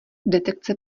detekce